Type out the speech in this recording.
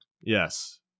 Yes